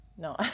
No